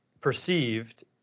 perceived